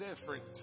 different